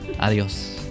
Adiós